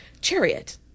Chariot